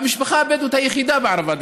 המשפחה הבדואית היחידה בערבה,